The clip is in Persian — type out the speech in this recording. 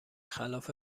خلاف